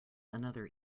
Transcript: another